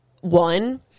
one